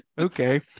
Okay